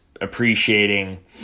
appreciating